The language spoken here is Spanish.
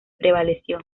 prevaleció